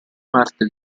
parte